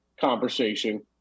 conversation